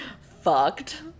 Fucked